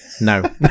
no